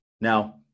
Now